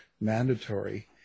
mandatory